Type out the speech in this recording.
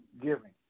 giving